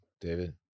David